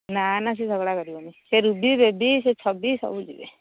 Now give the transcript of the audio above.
ନା ନା ସେ ଝଗଡ଼ା କରିବନି ସେ ରୁବି ବେବି ସେ ଛବି ସବୁ ଯିବେ